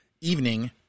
evening